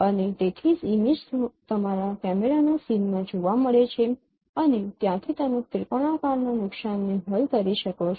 અને તેની ઇમેજ તમારા કેમેરાના સીનમાં જોવા મળે છે અને ત્યાંથી તમે ત્રિકોણાકારના નુકસાનને હલ કરી શકો છો